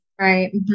Right